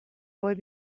boy